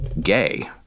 gay